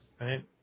Right